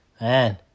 Man